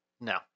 no